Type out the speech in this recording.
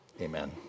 Amen